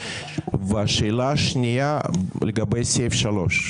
והשאלה השנייה לגבי סעיף (3).